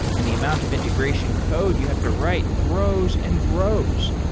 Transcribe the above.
and the amount of integration code you have to write grows and grows.